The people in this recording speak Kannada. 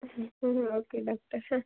ಹ್ಞೂ ಓಕೆ ಡಾಕ್ಟರ್